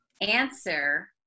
answer